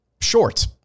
short